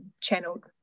channeled